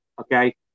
Okay